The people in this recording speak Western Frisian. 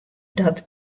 dat